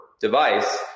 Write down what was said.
device